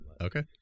Okay